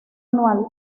anual